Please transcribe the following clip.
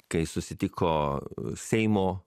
kai susitiko seimo